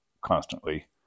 constantly